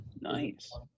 Nice